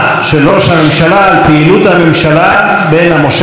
הממשלה בין המושב הקודם למושב הזה,